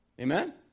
Amen